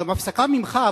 גם הפסקה ממך,